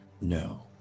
No